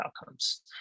outcomes